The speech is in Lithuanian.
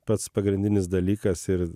pats pagrindinis dalykas ir